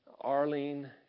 Arlene